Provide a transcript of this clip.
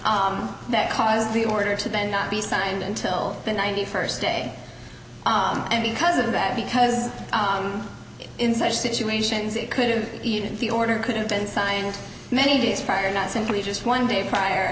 that caused the order to then not be signed until the ninety first day and because of that because in such situations it couldn't even see order could've been signed many days prior not simply just one day prior